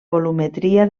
volumetria